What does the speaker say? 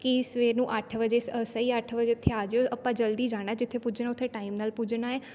ਕਿ ਸਵੇਰ ਨੂੰ ਅੱਠ ਵਜੇ ਸ ਸਹੀ ਅੱਠ ਵਜੇ ਉੱਥੇ ਆ ਜਿਓ ਆਪਾਂ ਜਲਦੀ ਜਾਣਾ ਜਿੱਥੇ ਪੁੱਜਣਾ ਉਥੇ ਟਾਈਮ ਨਾਲ ਪੁੱਜਣਾ ਏ